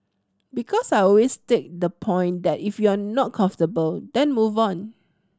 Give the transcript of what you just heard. because I always take the point that if you're not comfortable then move on